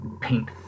paint